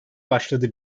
başladı